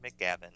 McGavin